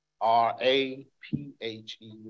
R-A-P-H-E